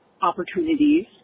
Opportunities